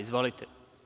Izvolite.